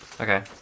Okay